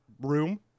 room